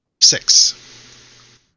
six